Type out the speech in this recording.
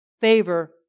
favor